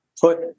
put